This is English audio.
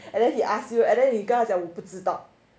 and then he ask you and then 你跟他讲我不知道